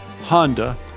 Honda